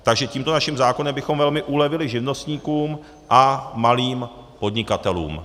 Takže tímto naším zákonem bychom velmi ulevili živnostníkům a malým podnikatelům.